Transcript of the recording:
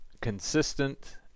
consistent